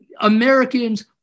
Americans